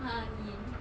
a'ah angin